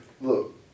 look